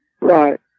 Right